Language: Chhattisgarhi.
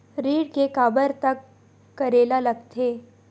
ऋण के काबर तक करेला लगथे?